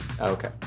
Okay